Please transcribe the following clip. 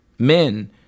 Men